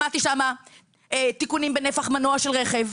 שמעתי שם תיקונים בנפח מנוע של רכב,